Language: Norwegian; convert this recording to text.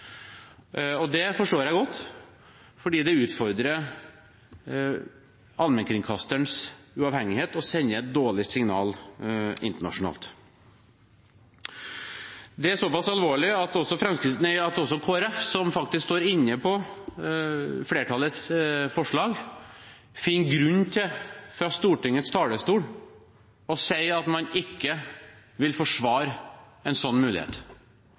Det forstår jeg godt, fordi det utfordrer allmennkringkasterens uavhengighet og sender et dårlig signal internasjonalt. Det er såpass alvorlig at også Kristelig Folkeparti, som faktisk er med på flertallets forslag, finner grunn til fra Stortingets talerstol å si at man ikke vil forsvare en sånn mulighet.